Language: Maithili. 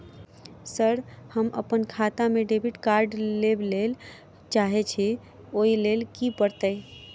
सर हम अप्पन खाता मे डेबिट कार्ड लेबलेल चाहे छी ओई लेल की परतै?